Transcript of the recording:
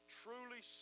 truly